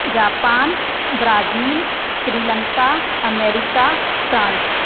Japan Brazil Sri Lanka America France